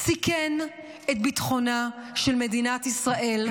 ראש הממשלה סיכן את ביטחונה של מדינת ישראל,